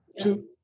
Two